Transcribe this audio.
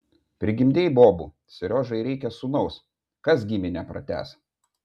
prigimdei bobų seriožai reikia sūnaus kas giminę pratęs